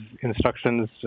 instructions